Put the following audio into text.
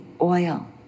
oil